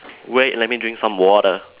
wait let me drink some water